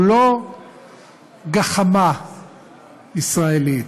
הוא לא גחמה ישראלית,